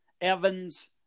Evans